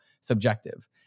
subjective